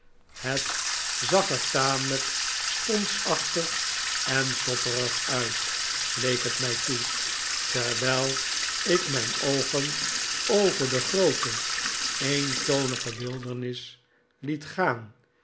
het zag er tamelijk sponsachtig en sopperig uit leek het mij toe terdavid copperfield wij i ik mijn oogen over de groote eentonige wildernis liet gaan